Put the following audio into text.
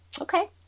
okay